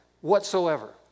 whatsoever